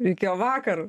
reikėjo vakar